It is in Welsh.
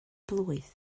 blwydd